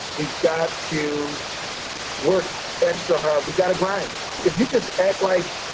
we've got to work extra hard. we've got to grind. if you just act like,